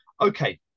Okay